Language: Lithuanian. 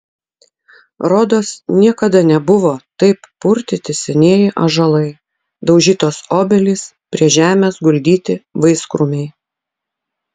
rodos niekada nebuvo taip purtyti senieji ąžuolai daužytos obelys prie žemės guldyti vaiskrūmiai